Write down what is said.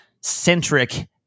centric